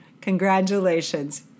Congratulations